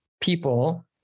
people